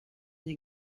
n’ai